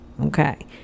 Okay